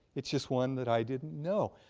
its just one that i didn't know.